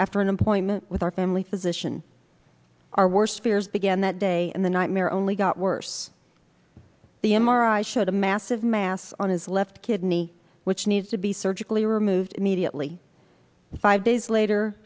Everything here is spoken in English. after an appointment with our family physician our worst fears began that day and the nightmare only got worse the m r i showed a massive mass on his left kidney which needs to be surgically removed immediately five days later